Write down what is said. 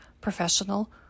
professional